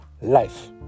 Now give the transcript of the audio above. life